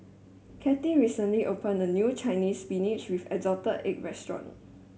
Kathey recently opened a new Chinese Spinach with assorted egg restaurant